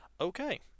Okay